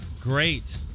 great